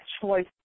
choice